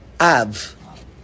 Av